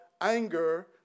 anger